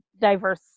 diverse